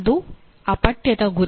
ಅದು ಆ ಪಠ್ಯದ ಗುರಿ